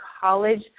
college